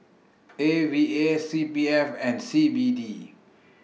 A V A C P F and C B D